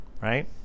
right